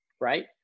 Right